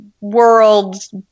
world's